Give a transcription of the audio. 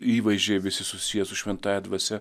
įvaizdžiai visi susiję su šventąja dvasia